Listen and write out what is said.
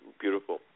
beautiful